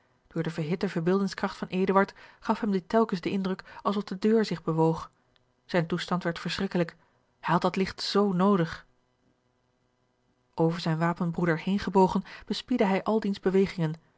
door de verhitte verbeeldingskracht van eduard gaf hem dit telkens den indruk alsof de deur zich bewoog zijn toestand werd verschrikkelijk hij had dat licht zoo noodig over zijn wapenbroeder heengebogen bespiedde hij al diens bewegingen